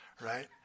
right